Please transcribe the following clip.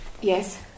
yes